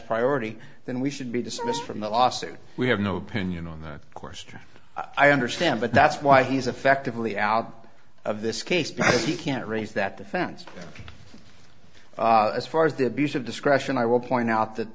priority then we should be dismissed from the lawsuit we have no opinion on that course i understand but that's why he's effectively out of this case you can't raise that defense as far as the abuse of discretion i will point out that